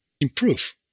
improve